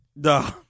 Duh